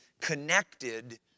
connected